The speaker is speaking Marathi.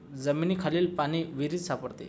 जमिनीखालील पाणी विहिरीत सापडते